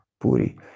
Puri